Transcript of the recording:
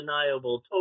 undeniable